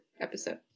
episode